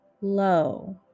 low